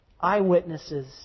eyewitnesses